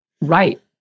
Right